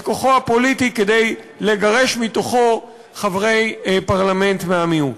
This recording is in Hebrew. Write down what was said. כוחו הפוליטי כדי לגרש מתוכו חברי פרלמנט מהמיעוט.